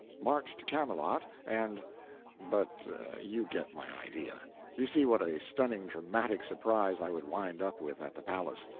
march to camelot, and but you get my idea you see what a stunning dramatic surprise i would wind up with at the palace.